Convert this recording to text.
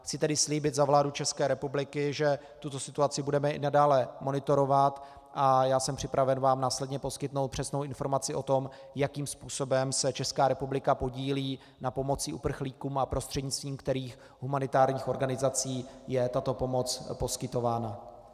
Chci tedy slíbit za vládu České republiky, že tuto situaci budeme i nadále monitorovat, a jsem připraven vám následně poskytnout přesnou informaci o tom, jakým způsobem se Česká republika podílí na pomoci uprchlíkům a prostřednictvím kterých humanitárních organizací je tato pomoc poskytována.